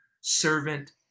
servant